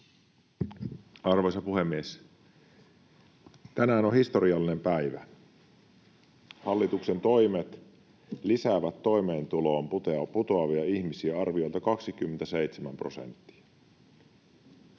Arvoisa puhemies! Tänään on historiallinen päivä. Hallituksen toimet lisäävät toimeentulotuelle putoavia ihmisiä arviolta 27 prosenttia.